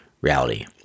reality